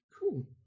cool